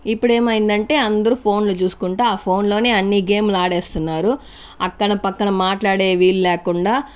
ఇప్పుడేమైంది అంటే అందరూ ఫోన్లు చూసుకుంటానే ఆ ఫోన్ లోనే అన్ని గేమ్లు ఆడేస్తున్నారు అక్కన పక్కన మాట్లాడే వీలు లేకుండా